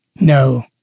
No